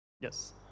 Yes